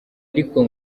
ariko